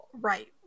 Right